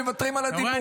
מוותרים על הדיבור.